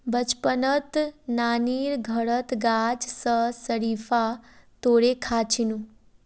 बचपनत नानीर घरत गाछ स शरीफा तोड़े खा छिनु